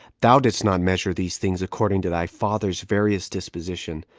thou didst not measure these things according to thy father's various disposition,